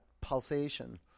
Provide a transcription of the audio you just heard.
pulsation